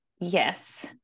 yes